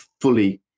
fully